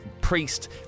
priest